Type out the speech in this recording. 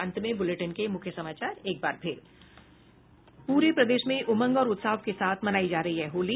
और अब अंत में मुख्य समाचार पूरे प्रदेश में उमंग और उत्साह के साथ मनाई जा रही है होली